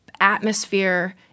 atmosphere